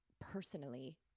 personally